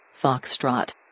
Foxtrot